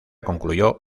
concluyó